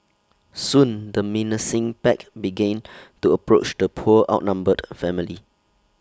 soon the menacing pack began to approach the poor outnumbered family